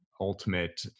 ultimate